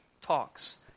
talks